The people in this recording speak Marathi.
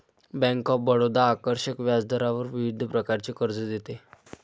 बँक ऑफ बडोदा आकर्षक व्याजदरावर विविध प्रकारचे कर्ज देते